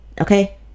okay